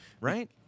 right